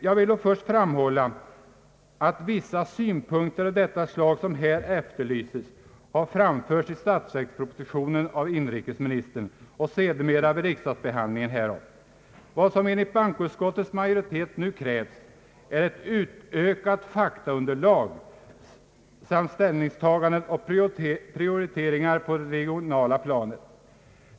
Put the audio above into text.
Jag vill då först framhålla att vissa synpunkter av det slag som här efterlyses har framförts i statsverkspropositionen av inrikesministern och sedermera vid riksdagsbehandlingen härav. Vad som enligt bankoutskottets majoritet nu krävs är ett utökat faktaunderlag samt ställningstaganden och prioriteringar på det regionala planet.